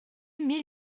mille